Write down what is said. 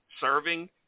Serving